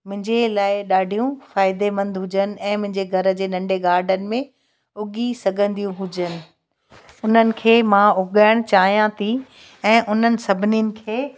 मुंहिंजे लाइ ॾाढियूं फ़ाइदेमंद हुजनि ऐं मुंहिंजे घर जे नंढे गार्डन में उगी सघंदियूं हुजनि उन्हनि खे मां उगाइणु चाहियां थी ऐं उन्हनि सभिनीनि खे